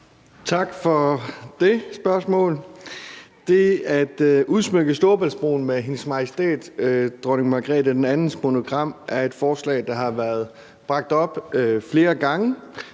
Tak for det spørgsmål. Det at udsmykke Storebæltsbroen med Hendes Majestæt Dronning Margrethe II's monogram er et forslag, der har været bragt op flere gange,